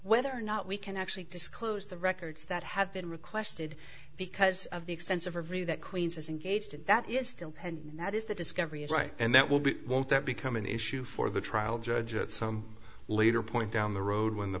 whether or not we can actually disclose the records that have been requested because of the extensive review that queens is engaged in that is still pending that is the discovery of right and that will be won't that become an issue for the trial judge at some later point down the road when the